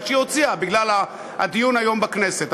שהיא הוציאה בגלל הדיון היום בכנסת.